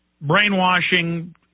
brainwashing